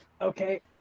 Okay